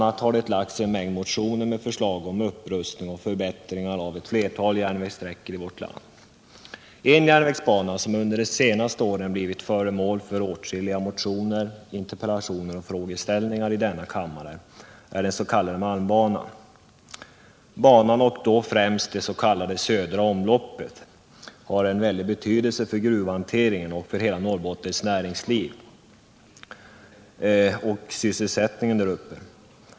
a. har det lagts fram en mängd motioner med förslag om upprustning och förbättring av flera järnvägssträckor i vårt land. En järnvägsbana som under de senaste åren blivit föremål för åtskilliga motioner, interpellationer och frågeställningar i denna kammare är den s.k. malmbanan. Banan, och då främst det s.k. södra omloppet, har mycket stor betydelse för gruvhanteringen liksom för hela Norrbottens näringsliv och sysselsättning.